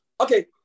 Okay